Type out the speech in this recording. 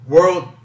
World